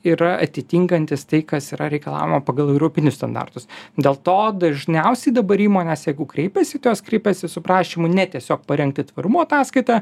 yra atitinkantys tai kas yra reikalaujama pagal europinius standartus dėl to dažniausiai dabar įmonės jeigu kreipiasi tai jos kreipiasi su prašymu ne tiesiog parengti tvarumo ataskaitą